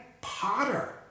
Potter